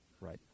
Right